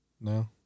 No